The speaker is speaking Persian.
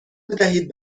بدهید